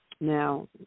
Now